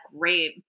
great